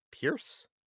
Pierce